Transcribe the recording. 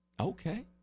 Okay